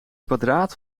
kwadraat